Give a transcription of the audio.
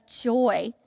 joy